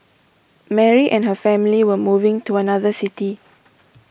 Mary and her family were moving to another city